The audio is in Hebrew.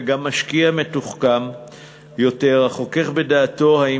וגם משקיע מתוחכם יותר החוכך בדעתו אם